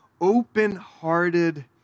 open-hearted